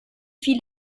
viel